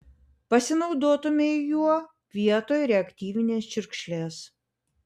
pasinaudotumei juo vietoj reaktyvinės čiurkšlės